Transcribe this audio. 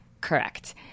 correct